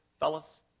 Fellas